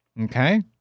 Okay